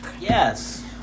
Yes